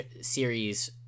series